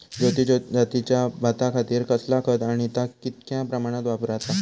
ज्योती जातीच्या भाताखातीर कसला खत आणि ता कितक्या प्रमाणात वापराचा?